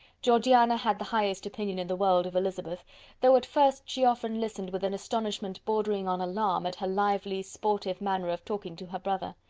georgiana had the highest opinion in the world of elizabeth though at first she often listened with an astonishment bordering on alarm at her lively, sportive, manner of talking to her brother.